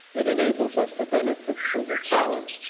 and enables us to benefit from the talent,